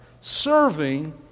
Serving